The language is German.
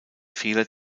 fehler